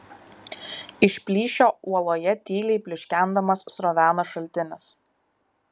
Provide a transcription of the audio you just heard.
iš plyšio uoloje tyliai pliuškendamas sroveno šaltinis